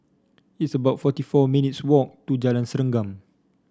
it's about forty four minutes' walk to Jalan Serengam